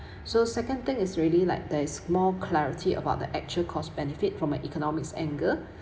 so second thing is ready like there's more clarity about the actual cost benefit from a economics angle